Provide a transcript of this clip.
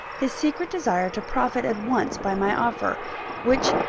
his secret desire to profit at once by my offer which,